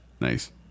Nice